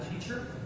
teacher